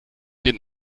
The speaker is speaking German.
den